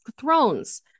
thrones